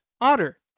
otter